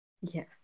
Yes